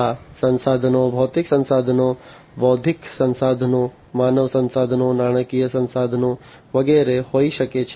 આ સંસાધનો ભૌતિક સંસાધનો બૌદ્ધિક સંસાધનો માનવ સંસાધનો નાણાકીય સંસાધનો વગેરે હોઈ શકે છે